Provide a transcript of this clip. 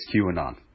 QAnon